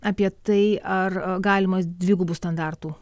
apie tai ar galimas dvigubų standartų